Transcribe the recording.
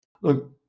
Look